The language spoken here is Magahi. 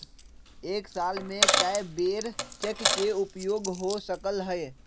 एक साल में कै बेर चेक के उपयोग हो सकल हय